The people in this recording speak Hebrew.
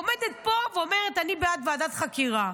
עומדת פה ואומרת: אני בעד ועדת חקירה.